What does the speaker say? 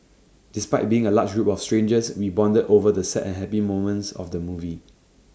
despite being A large group of strangers we bonded over the sad and happy moments of the movie